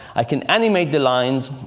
i can animate the lines.